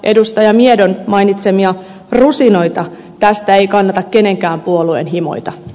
miedon mainitsemia rusinoita tästä ei kannata minkään puolueen himoita